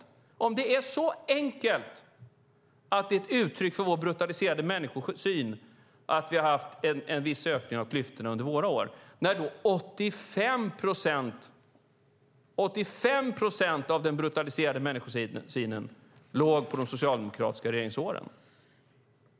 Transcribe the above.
Varför gjordes ingenting om det är så enkelt att det är ett uttryck för vår brutaliserade människosyn att vi har haft en viss ökning av klyftorna under våra år samtidigt som 85 procent av den brutaliserade människosynen låg under de socialdemokratiska regeringsåren?